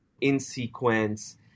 in-sequence